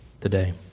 today